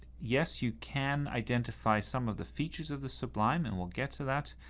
yes, you can identify some of the features of the sublime, and we'll get to that,